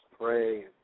pray